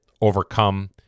overcome